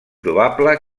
probable